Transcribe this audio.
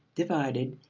divided,